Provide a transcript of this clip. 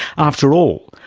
after all,